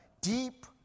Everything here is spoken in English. deep